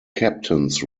captains